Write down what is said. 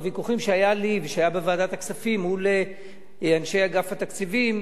בוויכוחים שהיו לי ושהיו בוועדת הכספים מול אנשי אגף התקציבים,